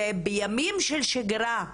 בימים של שגרה,